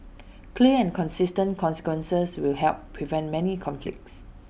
clear and consistent consequences will help prevent many conflicts